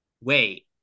wait